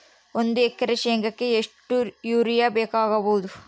ಒಂದು ಎಕರೆ ಶೆಂಗಕ್ಕೆ ಎಷ್ಟು ಯೂರಿಯಾ ಬೇಕಾಗಬಹುದು?